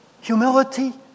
Humility